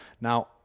now